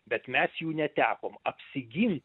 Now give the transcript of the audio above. bet mes jų netekom apsigint